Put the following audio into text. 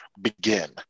begin